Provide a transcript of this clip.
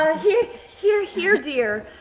ah, here here here dear.